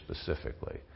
specifically